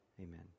amen